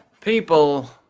People